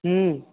ह्म्म